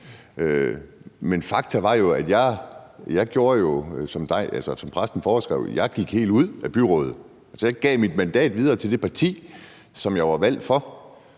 foreskrev. For jeg gik helt ud af byrådet, og jeg gav mit mandat videre til det parti, som jeg var valgt for,